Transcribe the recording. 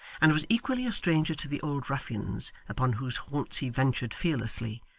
and was equally a stranger to the old ruffians, upon whose haunts he ventured fearlessly,